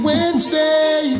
Wednesday